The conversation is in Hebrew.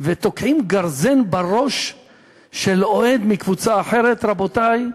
ותוקעים גרזן בראש של אוהד מקבוצה אחרת, רבותי,